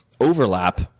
overlap